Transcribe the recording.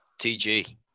TG